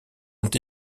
ont